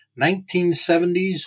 1970s